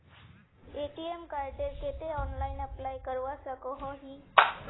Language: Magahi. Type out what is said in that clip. ए.टी.एम कार्डेर केते ऑनलाइन अप्लाई करवा सकोहो ही?